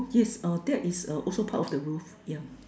yes uh that is also part of the roof yeah